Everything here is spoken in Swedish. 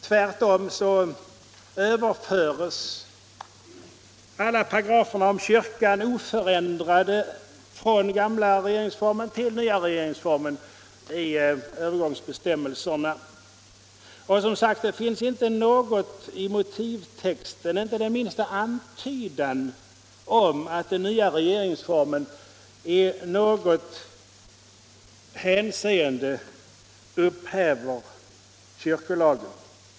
Tvärtom överförs alla paragraferna om kyrkan oförändrade från den gamla till den nya regeringsformen i övergångsbestämmelserna. Det finns som sagt inte den minsta antydan i motivtexten om att den nya regerings 85 formen i något hänseende upphäver kyrkolagen.